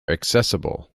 accessible